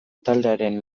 taldearen